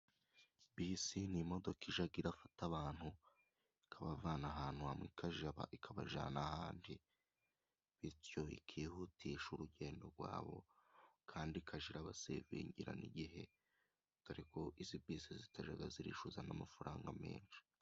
Bisi ni imodoka ijya ifata abantu, ikabavana ahantu hamwe, ikabajyana n'ahandi, bityo ikihutisha urugendo rwa bo kandi ikajya ibasevingira n'igihe, dore ko izi bisi zitajya zifuza n'amafaranga menshi.